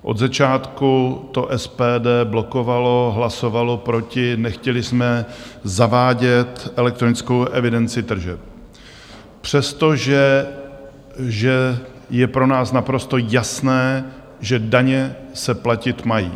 Od začátku to SPD blokovalo, hlasovalo proti, nechtěli jsme zavádět elektronickou evidenci tržeb, přestože je pro nás naprosto jasné, že daně se platit mají.